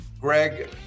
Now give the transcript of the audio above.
Greg